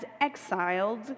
exiled